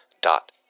dot